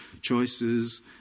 choices